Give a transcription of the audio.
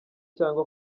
cyangwa